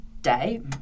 Day